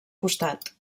costat